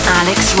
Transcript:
alex